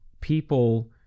people